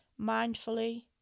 mindfully